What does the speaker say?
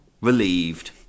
relieved